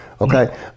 okay